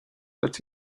that